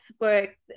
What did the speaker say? work